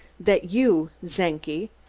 that you, czenki,